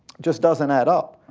just doesnt add up.